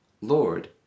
Lord